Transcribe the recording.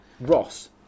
Ross